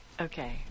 Okay